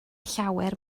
llawer